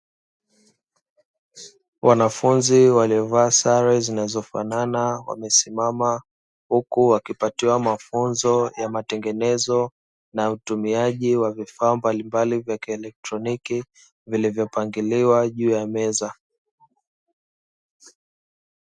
Wanafunzi waliovaa sare zinazofanana wamesimama, huku wakipatiwa mafunzo ya matengenezo na utumiaji wa vifaa mbalimbali vya kielektroniki vilivyopangiliwa juu ya meza.